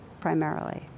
primarily